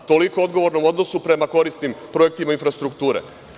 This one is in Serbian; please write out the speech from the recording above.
Toliko o odgovornom odnosu prema korisnim projektima infrastrukture.